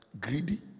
greedy